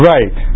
Right